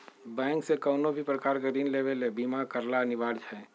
bank से कउनो भी प्रकार के ऋण लेवे ले बीमा करला अनिवार्य हय